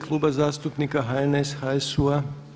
Kluba zastupnika HNS, HSU-a.